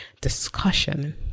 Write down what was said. discussion